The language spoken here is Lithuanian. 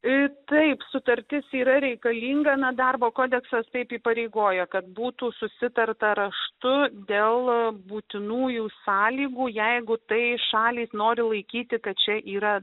ir taip sutartis yra reikalinga ne darbo kodeksas taip įpareigoja kad būtų susitarta raštu dėl būtinųjų sąlygų jeigu tai šalys nori laikyti kad čia yra